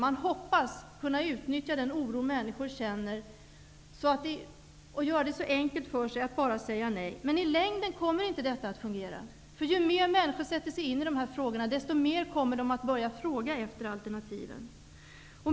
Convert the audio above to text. De hoppas kunna utnyttja den oro människor känner och göra det så enkelt för sig att de bara säger nej. I längden kommer inte detta att fungera. Ju mer människor sätter sig in i de här frågorna desto mer kommer de att börja fråga efter alternativen.